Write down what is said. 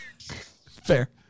Fair